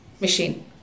machine